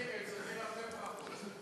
הם צריכים הרבה ברכות.